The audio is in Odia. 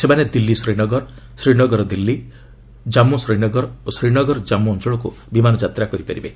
ସେମାନେ ଦିଲ୍ଲୀ ଶ୍ରୀନଗର ଶ୍ରୀନଗର ଦିଲ୍ଲୀ ଜାମ୍ମୁ ଶ୍ରୀନଗର ଓ ଶ୍ରୀନଗର ଜାମ୍ମୁ ଅଞ୍ଚଳକୁ ବିମାନ ଯାତ୍ରା କରିପାରିବେ